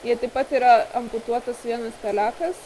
jai taip pat yra amputuotas vienas pelekas